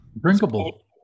Drinkable